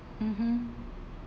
mmhmm